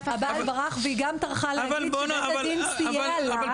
והיא גם טרחה להגיד שבית הדין סייע לה.